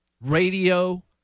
radio